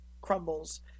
crumbles